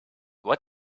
what